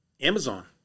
Amazon